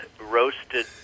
roasted